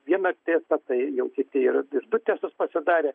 vieną testą jau kiti ir du testus pasidarė